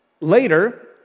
Later